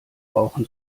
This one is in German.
brauchen